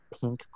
pink